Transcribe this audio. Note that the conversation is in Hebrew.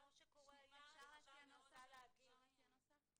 השאלה היא -- אפשר להציע נוסח?